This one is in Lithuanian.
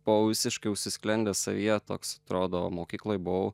buvau visiškai užsisklendęs savyje toks atrodo mokykloj buvau